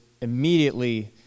immediately